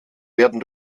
werden